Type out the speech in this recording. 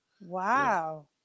Wow